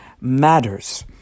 matters